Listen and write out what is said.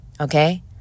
okay